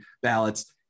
ballots